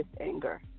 anger